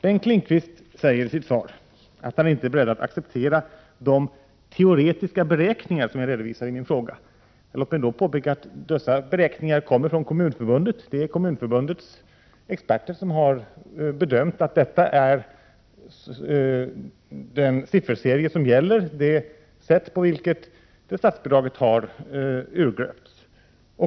Bengt Lindqvist säger i sitt svar att han inte är beredd att acceptera de teoretiska beräkningar som jag redovisar i min interpellation. Låt mig då påpeka att dessa beräkningar kommer från Kommunförbundet. Det är Kommunförbundets experter som har bedömt att detta är den sifferserie som gäller för det sätt på vilket statsbidraget har urgröpts.